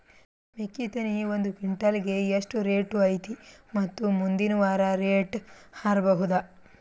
ಮೆಕ್ಕಿ ತೆನಿ ಒಂದು ಕ್ವಿಂಟಾಲ್ ಗೆ ಎಷ್ಟು ರೇಟು ಐತಿ ಮತ್ತು ಮುಂದಿನ ವಾರ ರೇಟ್ ಹಾರಬಹುದ?